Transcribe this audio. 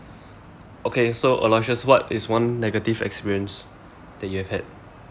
okay so aloysius what is one negative experience that you have had